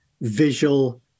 visual